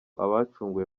abacunguwe